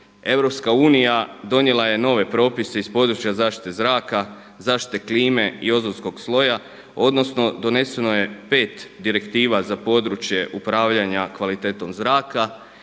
donijela je nove propise iz područja zaštite zraka, zaštite klime i ozonskog sloja, odnosno doneseno je 5 direktiva za područje upravljanja kvalitetom zraka